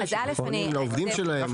שקונים לעובדים שלהם.